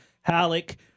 Halleck